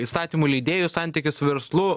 įstatymų leidėjų santykius su verslu